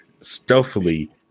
stealthily